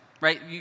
right